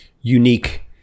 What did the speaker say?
unique